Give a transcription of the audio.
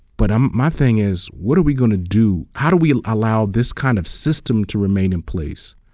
but um my thing is, what are we going to do? how do we allow this kind of system to remain in place?